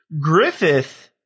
Griffith